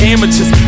Amateurs